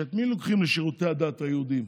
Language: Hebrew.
שאת מי לוקחים לשירותי הדת היהודיים?